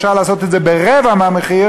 אפשר לעשות את זה ברבע מהמחיר.